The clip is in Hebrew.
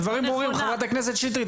הדברים ברורים ונאמרו, חברת הכנסת שטרית.